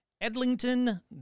Edlington